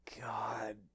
god